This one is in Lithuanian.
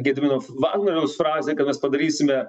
gedimino vagnoriaus frazę kad mes padarysime